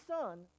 son